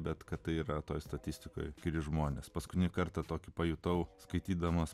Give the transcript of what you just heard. bet kad tai yra ta statistika kuri žmones paskutinį kartą tokį pajutau skaitydamas